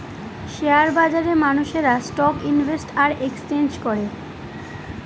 share বাজারে মানুষেরা stock invest আর এক্সচেঞ্জ করে